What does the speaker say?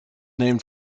named